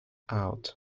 out